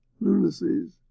lunacies